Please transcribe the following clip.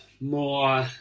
more